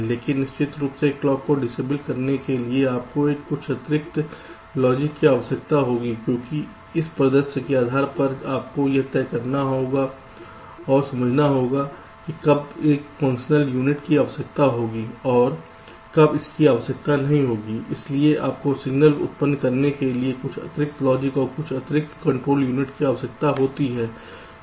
लेकिन निश्चित रूप से क्लॉक को डिसएबल करने के लिए आपको कुछ अतिरिक्त लॉजिक की आवश्यकता होगी क्योंकि इस परिदृश्य के आधार पर आपको यह तय करना और समझना होगा कि कब इस फंक्शनल यूनिट की आवश्यकता होगी और कब इसकी आवश्यकता नहीं होगी इसलिए आपको सिग्नल उत्पन्न करने के लिए कुछ अतिरिक्त लॉजिक और कुछ अतिरिक्त कंट्रोल यूनिट की आवश्यकता होती है